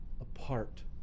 apart